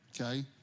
Okay